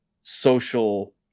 social